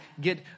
get